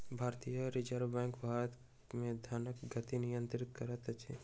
भारतीय reserve bank Bharat मे धनक गति नियंत्रित करैत अछि